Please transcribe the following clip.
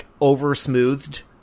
over-smoothed